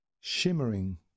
Shimmering